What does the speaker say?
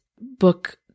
book